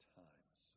times